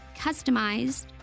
customized